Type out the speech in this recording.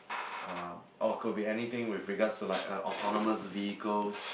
uh or could be anything with regards to like uh autonomous vehicles